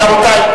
רבותי,